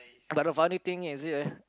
but the funny thing is uh